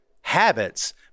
habits